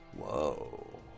Whoa